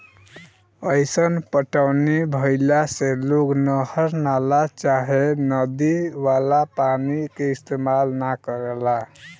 अईसन पटौनी भईला से लोग नहर, नाला चाहे नदी वाला पानी के इस्तेमाल न करेला